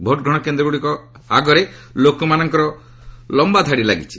ଭୋଟ୍ଗ୍ରହଣ କେନ୍ଦ୍ରଗୁଡ଼ିକ ଆଗରେ ଲୋକମାନଙ୍କର ଲମ୍ବା ଧାଡ଼ି ଲାଗିଛି